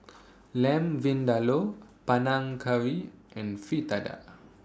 Lamb Vindaloo Panang Curry and Fritada